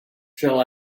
shall